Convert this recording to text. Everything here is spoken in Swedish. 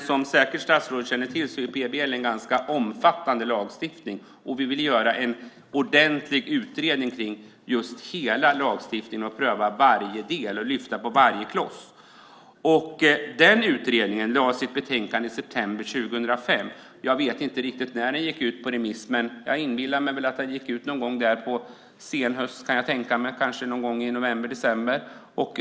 Som statsrådet säkert känner till är PBL en ganska omfattande lagstiftning, och vi ville göra en ordentlig utredning av hela lagstiftningen, pröva varje del och lyfta på varje kloss. Den utredningen lade fram sitt betänkande i september 2005. Jag vet inte riktigt när den gick ut på remiss, men jag inbillar mig att det var någon gång på senhösten, kanske i november eller december.